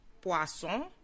Poisson